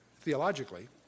theologically